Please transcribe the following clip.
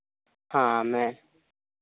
ᱦᱚᱸ ᱢᱮ